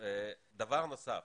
דבר נוסף.